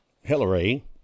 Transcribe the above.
Hillary